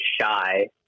shy